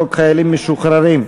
חוק חיילים משוחררים,